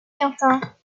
quintin